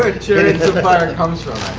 ah chariots of fire comes from,